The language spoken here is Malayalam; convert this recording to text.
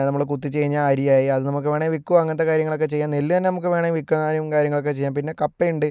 നമ്മള് കുത്തിച്ച് കഴിഞ്ഞാൽ അരി ആയി അത് നമുക്ക് വേണേൽ വിൽക്കുവോ അങ്ങനത്തെ കാര്യങ്ങളക്കെ ചെയ്യാം നെല്ല് തന്നെ നമുക്ക് വേണേൽ വിൽക്കാം കാര്യങ്ങളൊക്കെ ചെയ്യാം പിന്നെ കപ്പയുണ്ട്